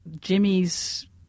Jimmy's